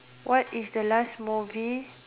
what is the last movie